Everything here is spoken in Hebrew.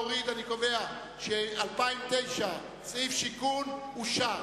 סעיף 70, שיכון, לשנת 2009,